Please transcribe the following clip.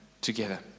together